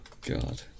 god